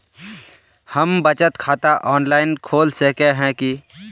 हम बचत खाता ऑनलाइन खोल सके है की?